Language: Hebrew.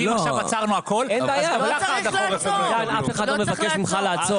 כי אם עכשיו עצרנו הכול אז --- אף אחד לא מבקש ממך לעצור.